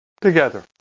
together